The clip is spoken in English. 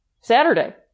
Saturday